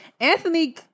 Anthony